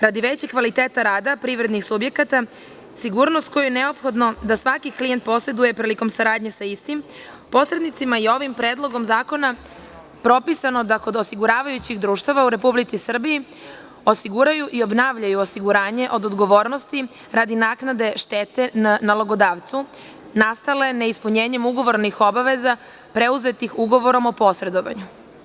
Radi većeg kvaliteta rada privrednih subjekata sigurnost koju je neophodno da svaki klijent poseduje prilikom saradnje sa istim, posrednicima je ovim predlogom zakona propisano da kod osiguravajućih društava u Republici Srbiji osiguraju i obnavljaju osiguranje od odgovornosti radi naknade štete nalogodavcu nastale neispunjenjem ugovornih obaveza preuzetih ugovorom o posredovanju.